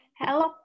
Hello